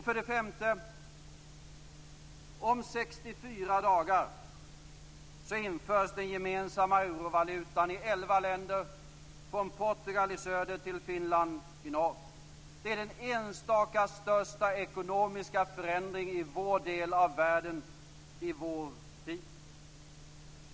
För det femte: om 64 dagar införs den gemensamma eurovalutan i elva länder, från Portugal i söder till Finland i norr. Det är den enstaka största ekonomiska förändringen i vår del av världen i vår tid.